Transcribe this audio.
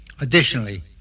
Additionally